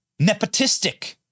nepotistic